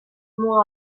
muga